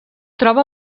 troba